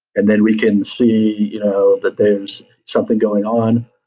and then we can see you know that there's something going on.